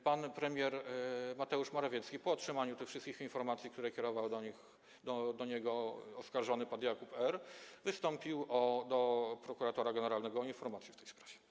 Pan premier Mateusz Morawiecki po otrzymaniu tych wszystkich informacji, które kierował do niego oskarżony pan Jakub R., wystąpił do prokuratora generalnego o informację w tej sprawie.